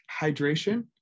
hydration